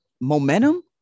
momentum